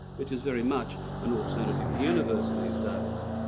which is very much an alternative universe these days.